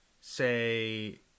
say